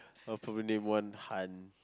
I'll probably name one Han